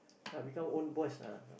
ah become own boss ah